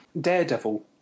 Daredevil